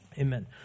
Amen